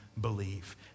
believe